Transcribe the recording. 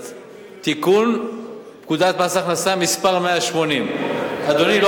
תיקון פקודת מס הכנסה (מס' 180). אדוני לא